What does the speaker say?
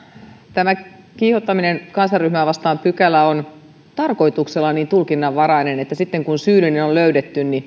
tämä kiihottaminen kansanryhmää vastaan pykälä on tarkoituksella niin tulkinnanvarainen että sitten kun syyllinen on löydetty